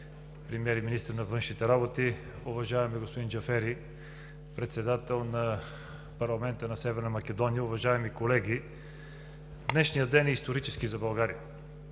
Вицепремиер и министър на Външните работи, уважаеми господин Джафери – председател на парламента на Северна Македония, уважаеми колеги! Днешният ден е исторически за България.